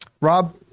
Rob